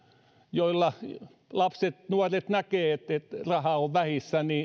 joilla nämä lapset nuoret näkevät rahan olevan vähissä